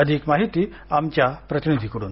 अधिक माहिती आमच्या प्रतिनिधीकडून